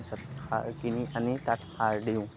তাৰপিছত সাৰ কিনি আনি তাত সাৰ দিওঁ